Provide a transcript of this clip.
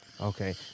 Okay